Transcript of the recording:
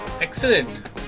Excellent